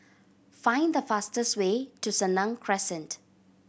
find the fastest way to Senang Crescent